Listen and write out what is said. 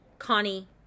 Connie